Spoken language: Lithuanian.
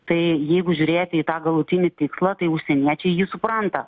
tai jeigu žiūrėti į tą galutinį tikslą tai užsieniečiai jį supranta